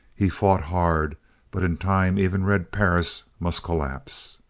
he fought hard but in time even red perris must collapse.